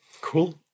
Cool